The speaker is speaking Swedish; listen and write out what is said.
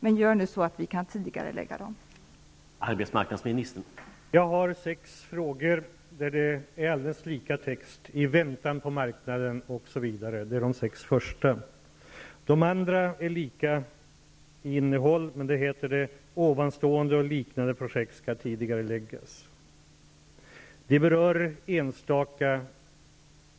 Se nu till att vi kan tidigarelägga dessa arbeten!